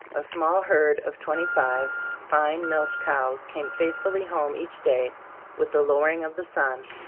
a small herd of twenty-five fine milch cows came faithfully home each day with the lowering of the sun,